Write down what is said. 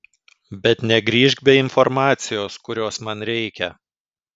bet negrįžk be informacijos kurios man reikia